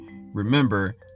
remember